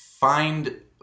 Find